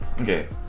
okay